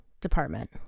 Department